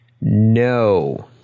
No